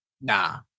Nah